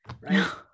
right